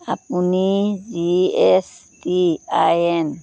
আপুনি G H T I N